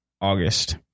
August